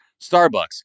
Starbucks